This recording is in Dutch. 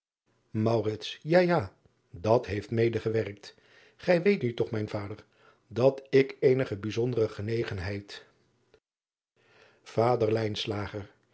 a ja dat heest medegewerkt ij weet nu toch mijn vader dat ik eenige bijzondere genegenheid